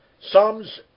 Psalms